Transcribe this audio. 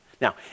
Now